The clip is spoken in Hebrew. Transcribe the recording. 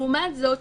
לעומת זאת,